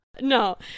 No